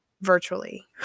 virtually